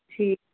ਠੀਕ